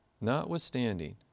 Notwithstanding